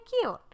cute